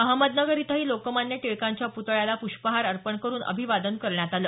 अहमदनगर इथंही लोकमान्य टिळकांच्या पुतळ्याला पुष्पहार अर्पण करुन अभिवादन करण्यात आलं